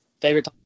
Favorite